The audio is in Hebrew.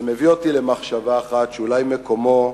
זה מביא אותי למחשבה אחת, שאולי מקומו,